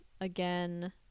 again